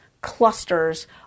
clusters